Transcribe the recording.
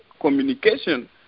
communication